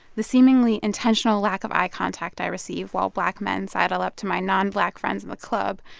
the seemingly intentional lack of eye contact i receive while black men sidle up to my non-black friends in the club,